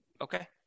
Okay